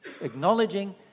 acknowledging